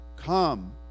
Come